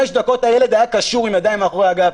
דקות הילד היה קשור עם הידיים מאחורי הגב.